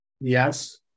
yes